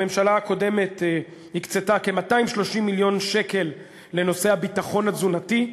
הממשלה הקודמת הקצתה כ-230 מיליון שקל לנושא הביטחון התזונתי,